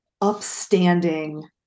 upstanding